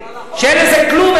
שאין לזה כלום,